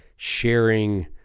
Sharing